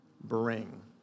bring